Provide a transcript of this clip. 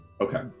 Okay